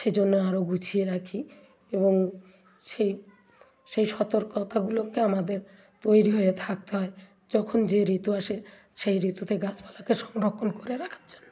সেজন্য আরো গুছিয়ে রাখি এবং সেই সেই সতর্কতাগুলোকে আমাদের তৈরি হয়ে থাকতে হয় যখন যে ঋতু আসে সেই ঋতুতে গাছপালাকে সংরক্ষণ করে রাখার জন্য